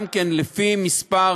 גם כן, לפי מספר